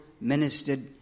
ministered